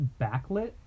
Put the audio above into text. backlit